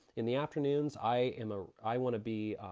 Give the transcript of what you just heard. in the afternoons i am, ah i wanna be,